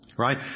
Right